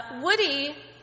Woody